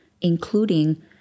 including